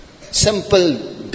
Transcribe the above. Simple